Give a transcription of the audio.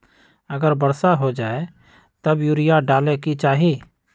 अगर वर्षा हो जाए तब यूरिया डाले के चाहि?